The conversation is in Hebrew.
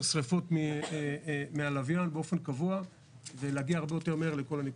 שריפות מהלוויין באופן קבוע ולהגיע הרבה יותר מהר לכל הנקודות.